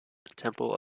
temple